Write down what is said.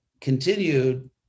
continued